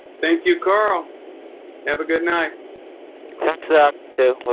thank you carl have a good night that's up to